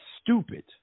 stupid